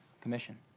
commission